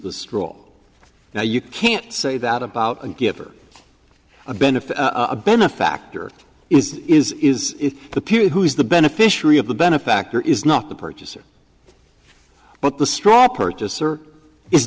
the straw now you can't say that about a gift or a benefit a benefactor is is is the peer who is the beneficiary of the benefactor is not the purchaser but the straw purchaser is